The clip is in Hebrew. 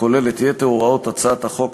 הכולל את יתר הוראות הצעת החוק,